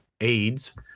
AIDS